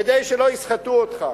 כדי שלא יסחטו אותך,